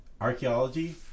archaeology